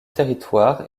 territoires